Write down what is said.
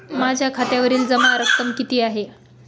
माझ्या खात्यावरील जमा रक्कम किती आहे?